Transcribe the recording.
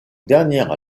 dernière